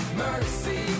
mercy